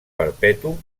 perpetu